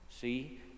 See